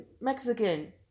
Mexican